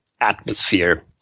atmosphere